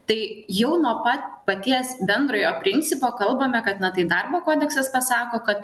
tai jau nuo pat paties bendrojo principo kalbame kad tai darbo kodeksas pasako kad